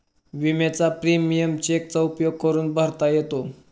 विम्याचा प्रीमियम चेकचा उपयोग करून भरता येतो